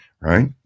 Right